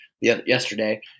yesterday